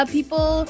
People